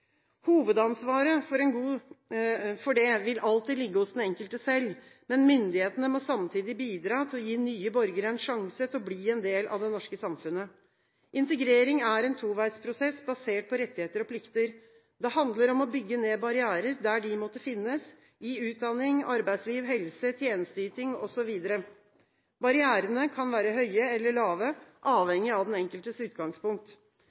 Hovedansvaret for det vil alltid ligge hos den enkelte selv, men myndighetene må samtidig bidra til å gi nye borgere en sjanse til å bli en del av det norske samfunnet. Integrering er en toveisprosess, basert på rettigheter og plikter. Det handler om å bygge ned barrierer der de måtte finnes, i utdanning, arbeidsliv, helse, tjenesteyting osv. Barrierene kan være høye eller lave, avhengig av den enkeltes utgangspunkt.